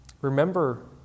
remember